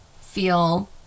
feel